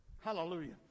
Hallelujah